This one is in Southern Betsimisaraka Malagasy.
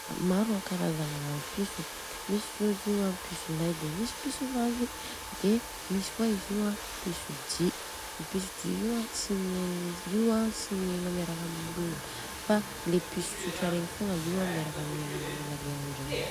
Maro ankarazagna piso.. misy zô izy Io an piso lay de misy piso vavy, de misy kôa izy Io an piso dy, dy Io an tsy tsy miegna miaraka amin'olona fa le piso tsotra regny fogna miarka miegna amin'olona le an-dragno.